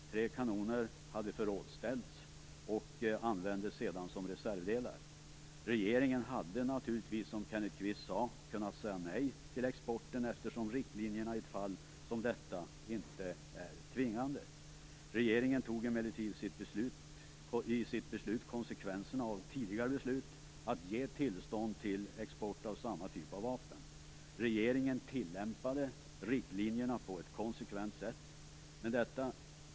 Tre kanoner hade förrådsställts och användes sedan som reservdelar. Regeringen hade naturligtvis, som Kenneth Kvist sade, kunnat säga nej till exporten, eftersom riktlinjerna i ett fall som detta inte är tvingande. Regeringen tog emellertid i sitt beslut konsekvenserna av tidigare beslut att ge tillstånd till export av samma typ av vapen. Regeringen tillämpade riktlinjerna på ett konsekvent sätt.